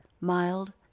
mild